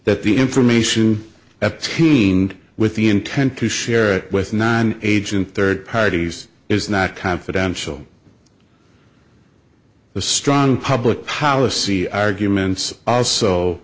that the information epstein with the intent to share it with nine agent third parties is not confidential the strong public policy arguments also